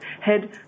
head